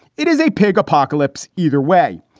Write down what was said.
it is a pig apocalypse. either way,